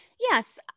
Yes